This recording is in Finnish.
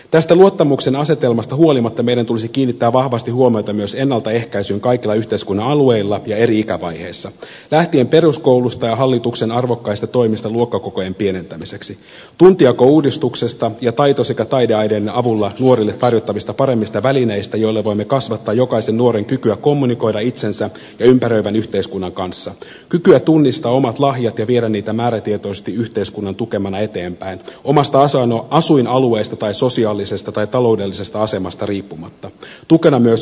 tästä luottamuksen asetelmasta huolimatta meidän tulisi kiinnittää vahvasti huomiota myös ennaltaehkäisyyn kaikilla yhteiskunnan alueilla ja eri ikävaiheissa lähtien peruskoulusta ja hallituksen arvokkaista toimista luokkakokojen pienentämiseksi tuntijakouudistuksesta ja taito sekä taideaineiden avulla nuorille tarjottavista paremmista välineistä joilla voimme kasvattaa jokaisen nuoren kykyä kommunikoida itsensä ja ympäröivän yhteiskunnan kanssa kykyä tunnistaa omat lahjat ja viedä niitä määrätietoisesti yhteiskunnan tukemana eteenpäin omasta asuinalueesta tai sosiaalisesta tai taloudellisesta asemasta riippumatta tukena myös koulutus ja yhteiskuntatakuu